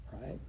right